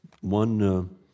One